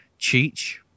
Cheech